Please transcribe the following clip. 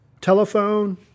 telephone